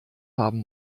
haben